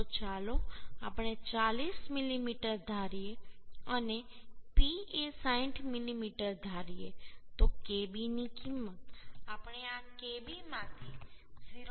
તો ચાલો આપણે 40 મીમી ધારીએ અને p એ 60 મીમી ધારીએ તો Kb ની કિંમત આપણે આ Kb માંથી 0